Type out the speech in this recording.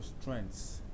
strengths